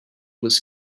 was